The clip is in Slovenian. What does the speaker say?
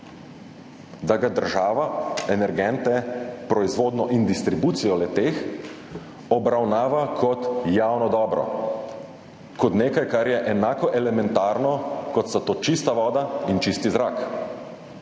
Da država energente, proizvodnjo in distribucijo le-teh obravnava kot javno dobro, kot nekaj, kar je enako elementarno, kot sta to čista voda in čisti zrak.